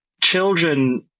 children